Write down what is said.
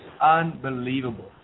unbelievable